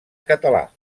català